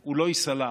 הוא טעות,